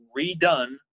redone